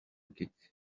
kick